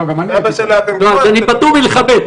לא, אז אני פטור מלכבד.